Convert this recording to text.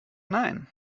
nein